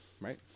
Right